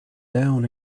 down